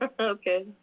Okay